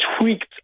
tweaked